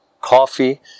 coffee